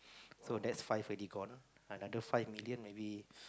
so that's five already gone another five million maybe